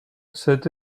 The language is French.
cette